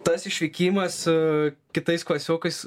tas išvykimas su kitais klasiokais